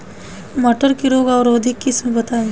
मटर के रोग अवरोधी किस्म बताई?